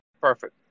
perfect